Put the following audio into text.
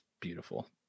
beautiful